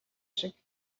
шиг